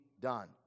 done